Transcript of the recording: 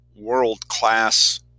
world-class